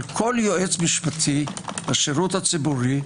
על כל יועץ משפטי בשירות הציבורי,